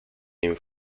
new